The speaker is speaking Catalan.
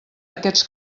aquests